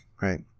right